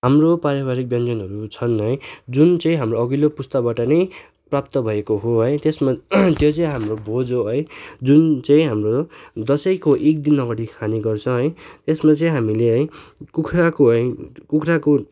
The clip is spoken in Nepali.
हाम्रो पारिवारिक व्यन्जनहरू छन् है जुन चाहिँ हाम्रो अघिल्लो पुस्ताबाट नै प्राप्त भएको हो है त्यसमा त्यो चाहिँ हाम्रो भोज हो है जुन चाहिँ हाम्रो दसैँको एकदिन अगाडि खाने गर्छ है यसमा चाहिँ हामीले है कुखुराको कुखुराको